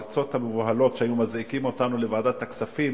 הריצות המבוהלות כשהיו מזעיקים אותנו לוועדת הכספים,